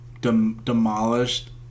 demolished